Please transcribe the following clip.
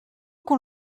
qu’on